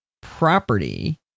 property